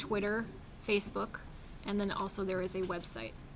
twitter facebook and then also there is a website